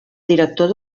director